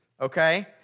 Okay